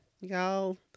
Y'all